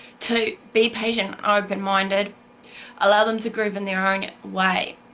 two be patient, open-minded allow them to grieve in their own way,